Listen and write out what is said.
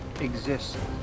exists